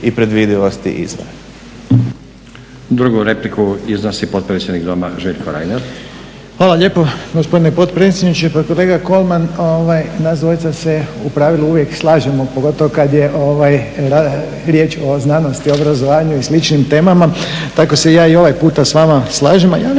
i predvidivosti izvora.